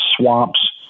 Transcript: swamps